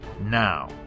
Now